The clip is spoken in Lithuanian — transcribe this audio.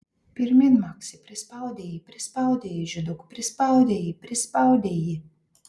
pirmyn maksi prispaudei jį prispaudei jį žyduk prispaudei jį prispaudei jį